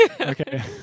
Okay